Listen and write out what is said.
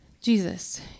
Jesus